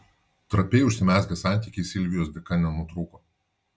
trapiai užsimezgę santykiai silvijos dėka nenutrūko